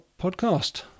podcast